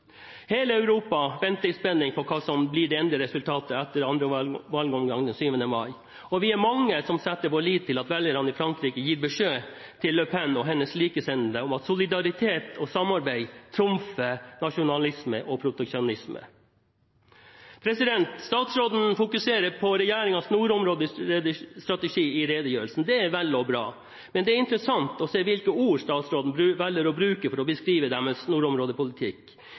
Hele Europa venter i spenning på hva som blir det endelige resultatet etter andre valgomgang den 7. mai, og vi er mange som setter vår lit til at velgerne i Frankrike gir beskjed til Le Pen og hennes likesinnede om at solidaritet og samarbeid trumfer nasjonalisme og proteksjonisme. Statsråden fokuserer på regjeringens nordområdestrategi i redegjørelsen. Det er vel og bra, men det er interessant å se hvilke ord statsråden velger å bruke for å beskrive deres nordområdepolitikk.